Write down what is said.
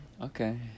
Okay